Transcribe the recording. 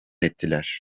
ettiler